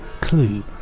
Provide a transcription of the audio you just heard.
Clue